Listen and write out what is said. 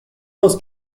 los